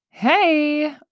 hey